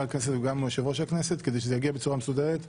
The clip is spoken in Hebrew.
הכנסת וגם מול יושב-ראש הכנסת כדי שזה יגיע בצורה מסודרת לוועדה.